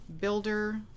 builder